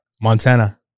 Montana